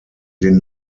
den